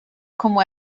como